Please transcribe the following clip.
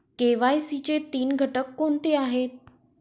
KYC चे तीन घटक कोणते आहेत?